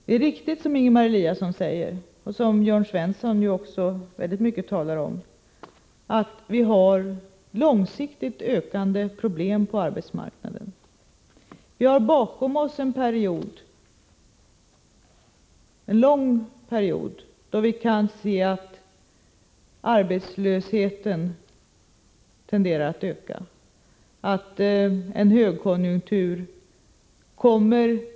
Det är riktigt som Ingemar Eliasson säger, och som även Jörn Svensson talar mycket om, att vi har långsiktigt ökande problem på arbetsmarknaden. Vi har bakom oss en lång period då vi har kunnat se att arbetslösheten tenderar att öka och att en högkonjunktur kommer.